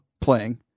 playing